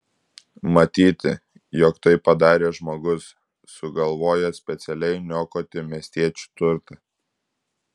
matyti jog tai padarė žmogus sugalvojęs specialiai niokoti miestiečių turtą